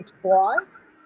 twice